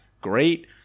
great